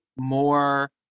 more